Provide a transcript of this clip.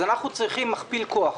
אז אנחנו צריכים מכפיל כוח,